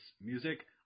music